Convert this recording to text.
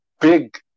big